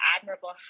admirable